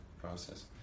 process